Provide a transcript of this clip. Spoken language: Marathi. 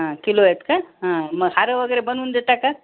हा किलो आहेत का हा मग हारवगैरे बनवून देता का